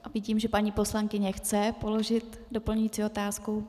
A vidím, že paní poslankyně chce položit doplňující otázku.